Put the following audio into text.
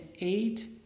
eight